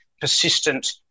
persistent